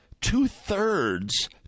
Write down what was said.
Two-thirds